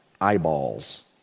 eyeballs